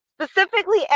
specifically